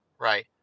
right